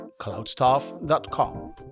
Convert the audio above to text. cloudstaff.com